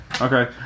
Okay